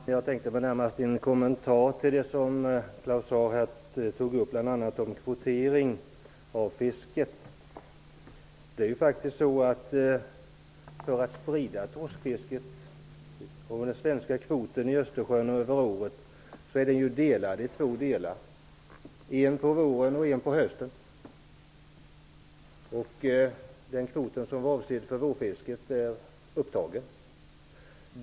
Herr talman! Jag tänkte närmast ge en kommentar till vad Claus Zaar sade om bl.a. kvotering av fisket. För att sprida torskfisket är den svenska kvoten i Östersjön delad i två delar över året -- en kvot på våren, och en kvot på hösten. Den kvot som är avsedd för vårfisket är upptagen.